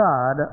God